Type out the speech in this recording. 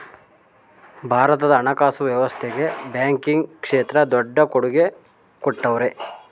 ಭಾರತದ ಹಣಕಾಸು ವ್ಯವಸ್ಥೆಗೆ ಬ್ಯಾಂಕಿಂಗ್ ಕ್ಷೇತ್ರ ದೊಡ್ಡ ಕೊಡುಗೆ ಕೊಟ್ಟವ್ರೆ